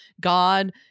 God